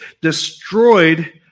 destroyed